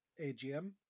AGM